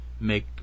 make